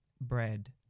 bread